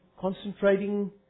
concentrating